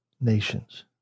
nations